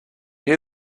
hear